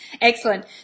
Excellent